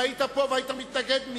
אם היית פה והיית מתנגד,